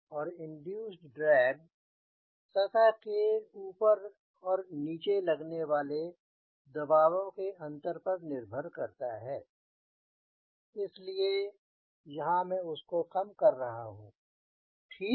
और induced drag सतह के ऊपर और नीचे लगने वाले दबावों के अंतर पर निर्भर करता है इसलिए यहाँ मैं उसको कम कर रहा हूँ ठीक